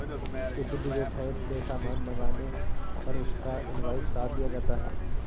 किसी भी वेबसाईट से सामान मंगाने पर उसका इन्वॉइस साथ दिया जाता है